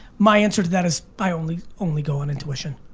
my answer to that is, i only only go on intuition.